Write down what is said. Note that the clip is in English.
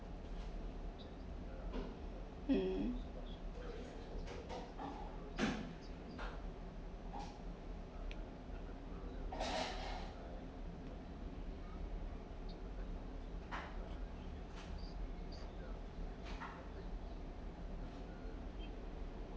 mm